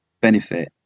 benefit